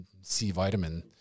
C-vitamin